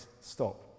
Stop